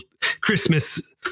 Christmas